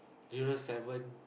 zero seven